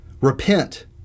Repent